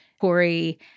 Corey